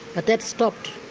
but that stopped,